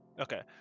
Okay